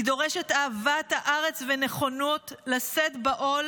היא דורשת אהבת הארץ ונכונות לשאת בעול